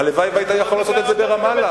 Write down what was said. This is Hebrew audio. הלוואי שהיית יכול לעשות את זה ברמאללה,